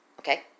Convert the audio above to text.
Okay